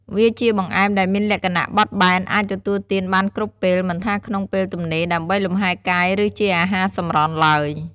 វាជាបង្អែមដែលមានលក្ខណៈបត់បែន អាចទទួលទានបានគ្រប់ពេល មិនថាក្នុង ពេលទំនេរដើម្បីលំហែកាយ ឬជាអាហារសម្រន់ទ្បើយ។